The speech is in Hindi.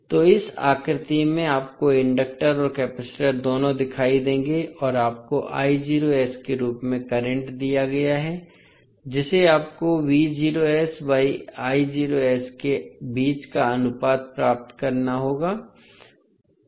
तो इस आकृति में आपको इंडक्टर और केपैसिटर दोनों दिखाई देंगे और आपको के रूप में करंट दिया गया है जिसे आपको के बीच का अनुपात ज्ञात करना होगा